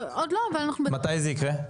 עוד לא אבל אנחנו --- מתי זה יקרה?